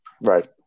right